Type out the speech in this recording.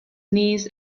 knees